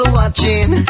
watching